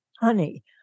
Honey